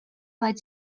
bud